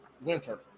Winter